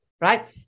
right